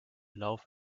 laufe